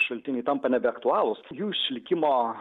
šaltiniai tampa nebeaktualūs jų išlikimo